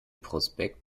prospekt